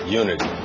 unity